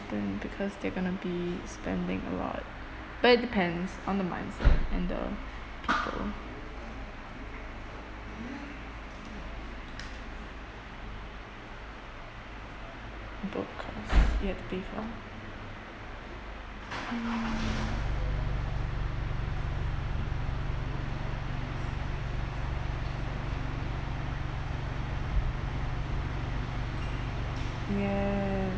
because they're gonna be spending a lot but it depends on the mindset and the people book you have to pay for mm yes